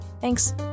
Thanks